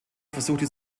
versuchte